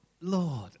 Lord